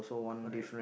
correct